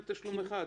אין שום בעיה.